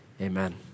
Amen